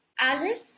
Alice